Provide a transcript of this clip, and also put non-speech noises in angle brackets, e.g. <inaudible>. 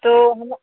तो <unintelligible>